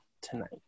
tonight